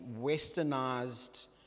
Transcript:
westernized